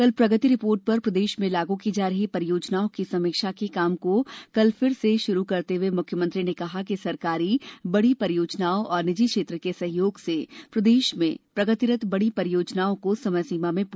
कल प्रगति पोर्टल पर प्रदेश में लागू की जा रही परियोजनाओं की समीक्षा के काम को कल फिर से शुरू करते हुए मुख्यमंत्री ने कहा कि सरकारी बड़ी परियोजनाओं और निजी क्षेत्र के सहयोग से प्रदेश में प्रगतिरत बड़ी परियोजनाओं को समय सीमा में पूरा किया जाए